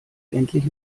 endlich